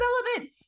development